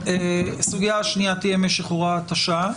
הסוגיה השנייה תהיה משך הוראת השעה,